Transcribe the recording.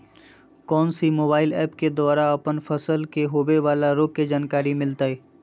कौन सी mobile app के द्वारा अपन फसल के होबे बाला रोग के जानकारी मिलताय?